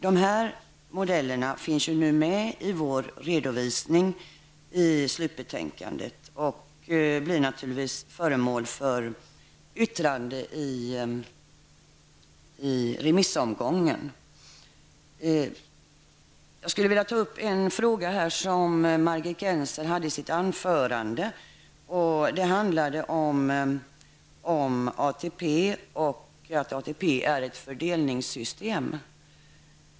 De här modellerna finns med i vår redovisning i slutbetänkandet och blir naturligtvis föremål för yttrande i remissomgången. Jag skulle vilja kommentera vad Margit Gennser sade om att ATP är ett fördelningssystem.